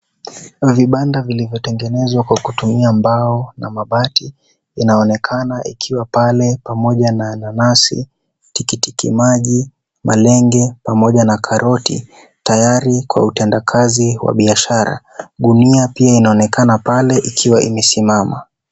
Vibanda vilovyotengenezwa kwa kutumia mbao na mabati, inaonekana ikiwa pale, pamoja na nanasi, tikitimaji, malenge, pamoja na karoti, tayari kwa utenda kazi wa biashara. Gunia pia inaonekana pale ikiwa imesimama.